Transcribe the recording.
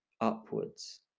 upwards